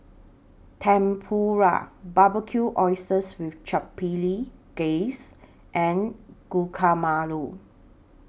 Tempura Barbecued Oysters with Chipotle Glaze and Guacamole